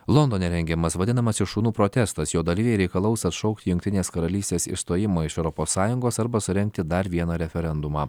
londone rengiamas vadinamasis šunų protestas jo dalyviai reikalaus atšaukti jungtinės karalystės išstojimo iš europos sąjungos arba surengti dar vieną referendumą